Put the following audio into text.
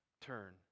turn